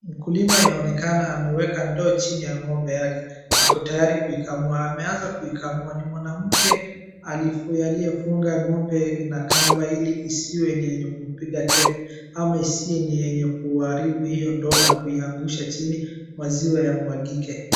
Mkulima inaonekana ameweka ndoo chini ya ng'ombe yake. Ako tayari kuikamua. Ameanza kuikamua. Ni mwanamke aliyefunga ng'ombe na kamba ili isiwe ni yenye kumpiga teke, ama isiwe ni yenye kuharibu hio ndoo na kuiangusha chini, maziwa yamwagike.